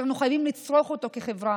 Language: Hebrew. שאנחנו חייבים לצרוך אותו כחברה,